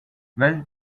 well